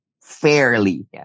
fairly